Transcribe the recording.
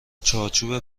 چارچوب